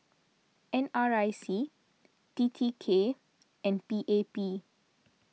N R I C T T K and P A P